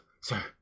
Sir